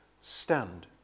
Stand